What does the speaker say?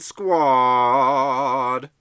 Squad